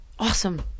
awesome